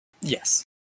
Yes